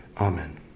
Amen